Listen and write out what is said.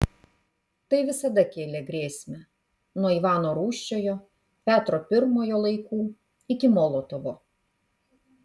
tai visada kėlė grėsmę nuo ivano rūsčiojo petro pirmojo laikų iki molotovo